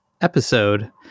episode